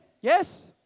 Yes